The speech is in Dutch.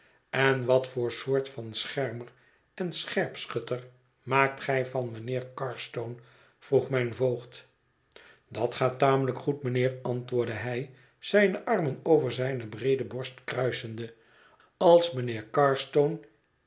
en wat voor soort van schermer en scherpschutter maakt gij van mijnheer carstone vroeg mijn voogd dat gaat tamelijk goed mijnheer antwoordde hij zijne armen over zijne breede borst kruisende als mijnheer